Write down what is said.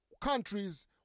countries